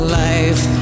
life